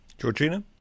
georgina